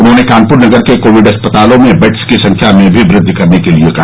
उन्होंने कानपुर नगर के कोविड अस्पतालों में बेड्स की संख्या में भी वृद्धि करने के लिये कहा